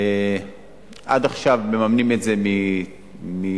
עד עכשיו מממנים את זה מתמלוגים,